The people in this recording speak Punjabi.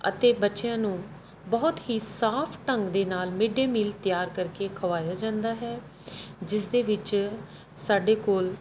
ਅਤੇ ਬੱਚਿਆਂ ਨੂੰ ਬਹੁਤ ਹੀ ਸਾਫ ਢੰਗ ਦੇ ਨਾਲ ਮਿਡਏ ਮੀਲ ਤਿਆਰ ਕਰਕੇ ਖਵਾਇਆ ਜਾਂਦਾ ਹੈ ਜਿਸ ਦੇ ਵਿੱਚ ਸਾਡੇ ਕੋਲ